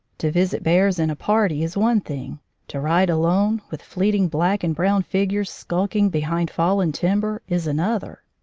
to visit bears in a party is one thing to ride alone, with fleet ing black and brown figures skulking behind fallen timber, is another.